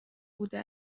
بوده